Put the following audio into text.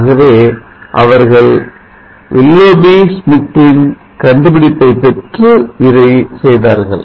ஆகவே அவர்கள் Willoughby ஸ்மித்தின் கண்டுபிடிப்பை பெற்று இதை செய்தார்கள்